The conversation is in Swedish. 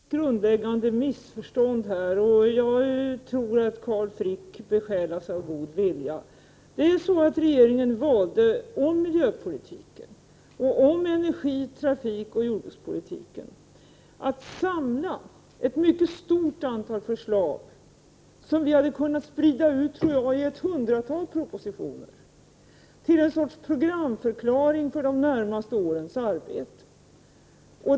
Herr talman! Här föreligger ett grundläggande missförstånd. Jag tror att Carl Frick besjälas av god vilja. Det är så att regeringen i fråga om miljö-, energi-, trafikoch jordbrukspolitiken valde att samla ett mycket stort antal förslag —som vi hade kunnat sprida ut i hundratals propositioner — till en sorts programförklaring för de närmaste årens arbete.